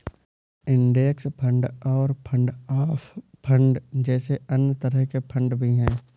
index fund और fund of fund जैसे अन्य तरह के फण्ड भी हैं